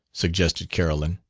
suggested carolyn.